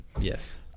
yes